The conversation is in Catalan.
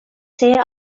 ser